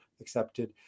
accepted